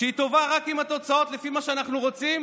שהיא טובה רק אם התוצאות הן לפי מה שאנחנו רוצים?